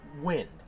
wind